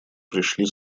пришли